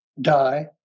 die